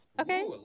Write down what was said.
Okay